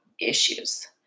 issues